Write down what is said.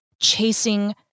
chasing